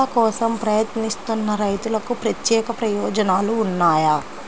రుణాల కోసం ప్రయత్నిస్తున్న రైతులకు ప్రత్యేక ప్రయోజనాలు ఉన్నాయా?